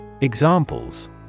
Examples